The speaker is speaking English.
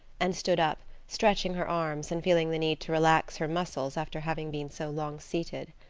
and stood up, stretching her arms, and feeling the need to relax her muscles after having been so long seated.